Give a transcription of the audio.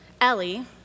Ellie